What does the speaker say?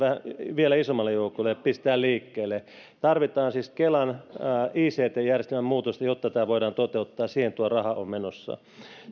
vielä isommalle joukolle pistää liikkeelle tarvitaan siis kelan ict järjestelmän muutosta jotta tämä voidaan toteuttaa siihen tuo raha on menossa